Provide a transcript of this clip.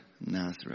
Nazareth